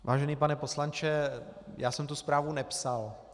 Vážený pane poslanče, já jsem tu zprávu nepsal.